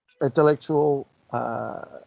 intellectual